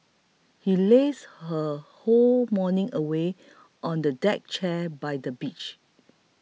he lazed her whole morning away on the deck chair by the beach